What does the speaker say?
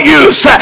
use